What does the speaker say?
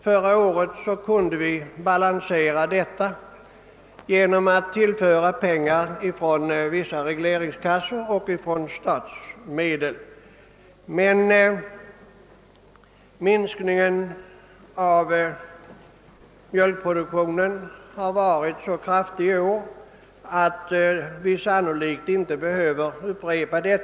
Förra året kunde vi få det att balansera genom att tillföra pengar från vissa regleringskassor och av statsmedel, men i år har minskningen av mjölkproduktionen varit så kraftig att vi sannolikt inte behöver göra det.